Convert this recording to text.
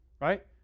right